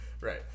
right